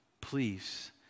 Please